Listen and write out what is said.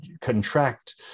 contract